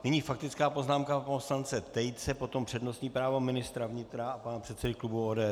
Nyní faktická poznámka pana poslance Tejce, potom přednostní právo ministra vnitra a pana předsedy klubu ODS.